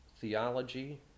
theology